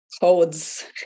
codes